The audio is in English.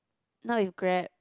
not with Grab